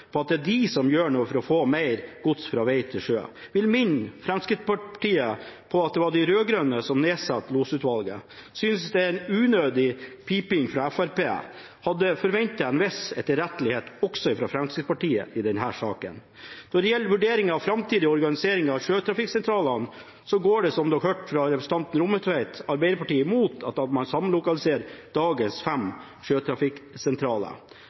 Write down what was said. til at det er de som gjør noe for å få mer gods fra vei til sjø. Jeg vil minne Fremskrittspartiet om at det var de rød-grønne som nedsatte losutvalget. Jeg synes det er en unødig piping fra Fremskrittspartiet. Jeg hadde forventet en viss etterrettelighet, også fra Fremskrittspartiet, i denne saken. Når det gjelder vurdering av framtidig organisering av sjøtrafikksentralene, går – som man har hørt fra representanten Rommetveit – Arbeiderpartiet imot at man samlokaliserer dagens fem